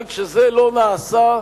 אבל כשזה לא נעשה,